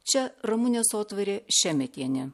čia ramunė sotvarė šemetienė